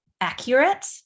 accurate